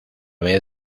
vez